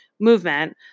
movement